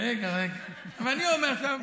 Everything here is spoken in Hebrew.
אבל אני אומר לכם,